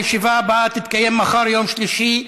הישיבה הבאה תתקיים מחר, יום שלישי,